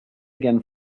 again